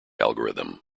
algorithm